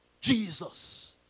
Jesus